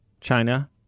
China